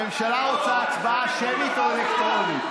הממשלה רוצה הצבעה שמית או אלקטרונית?